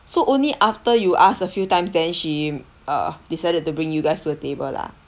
so only after you asked a few times then she uh decided to bring you guys to the table lah